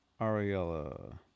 Ariella